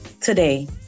today